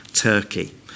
Turkey